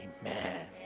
Amen